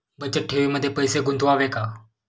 बचत ठेवीमध्ये पैसे गुंतवावे का?